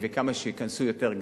כמה שייכנסו יותר,